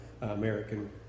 American